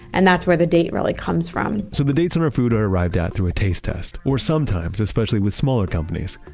and that's where the date really comes from so the dates on our food are arrived at through a taste test or sometimes, especially with smaller companies,